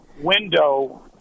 window